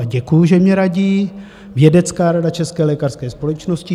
Děkuji, že mně radí Vědecká rada České lékařské společnosti.